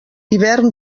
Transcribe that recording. hivern